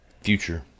Future